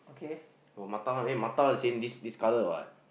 or Mattar one oh Mattar the same this this colour [what]